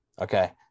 Okay